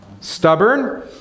Stubborn